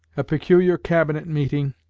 a peculiar cabinet meeting